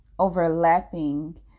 overlapping